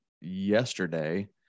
yesterday